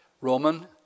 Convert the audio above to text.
Roman